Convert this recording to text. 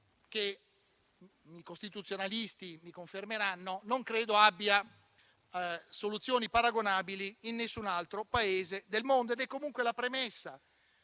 che - i costituzionalisti me lo confermeranno - non credo abbia soluzioni paragonabili in nessun altro Paese del mondo. Ed è comunque la premessa